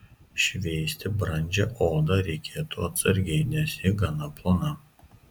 šveisti brandžią odą reikėtų atsargiai nes ji gana plona